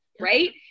right